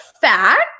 fact